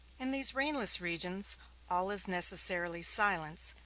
in these rainless regions all is necessarily silence,